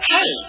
Hey